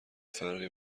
فرقی